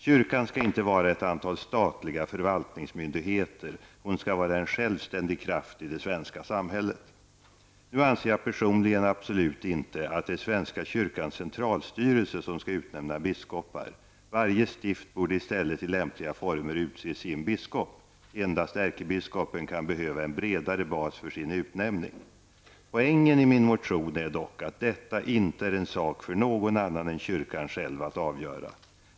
Kyrkan skall inte vara ett antal statliga förvaltningsmyndigheter -- hon skall vara en självständig kraft i det svenska samhället. Nu anser jag personligen absolut inte att det är svenska kyrkans centralstyrelse som skall utnämna biskopar. Varje stift borde i stället i lämpliga former utse sin biskop. Endast ärkebiskopen kan behöva en bredare bas för sin utnämning. Poängen i min motion är dock att detta inte är en sak för någon annan än kyrkan själv att avgöra.